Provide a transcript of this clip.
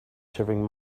serving